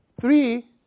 three